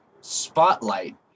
spotlight